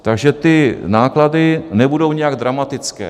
Takže ty náklady nebudou nijak dramatické.